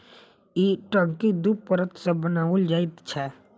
ई टंकी दू परत सॅ बनाओल जाइत छै